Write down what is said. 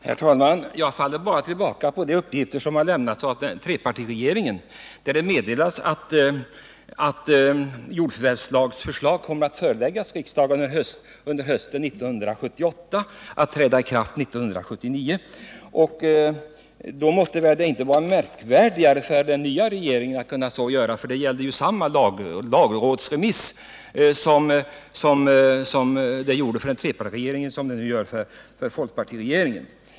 Herr talman! Jag faller bara tillbaka på de uppgifter som har lämnats av trepartiregeringen. Det meddelades att förslag till jordförvärvslag skulle komma att föreläggas riksdagen under hösten 1978 och att lagen skulle träda i kraft I januari 1979. Då måtte det väl inte vara märkvärdigare för den nya regeringen att kunna lägga fram förslag — det måste ju vara fråga om samma lagrådsremissförfarande för trepartiregeringen som det nu blir för folkpartiregeringen.